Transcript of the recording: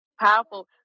powerful